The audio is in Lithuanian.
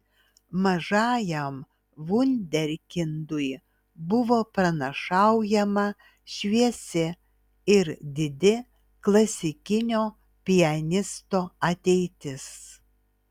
mažajam vunderkindui buvo pranašaujama šviesi ir didi klasikinio pianisto ateitis